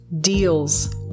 deals